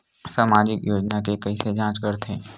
सामाजिक योजना के कइसे जांच करथे?